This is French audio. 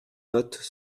notes